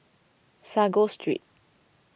Sago Street